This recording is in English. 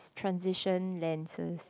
transition lenses